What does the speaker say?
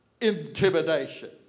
intimidation